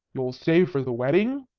you'll stay for the wedding?